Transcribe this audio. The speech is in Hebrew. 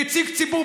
כנציג ציבור,